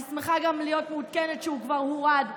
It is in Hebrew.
אני שמחה להיות מעודכנת שהוא כבר הורד.